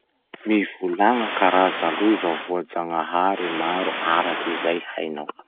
Mivolagna karaza loza voajagnahary maro araky zay hainao.